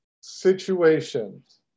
situations